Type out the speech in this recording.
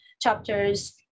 chapters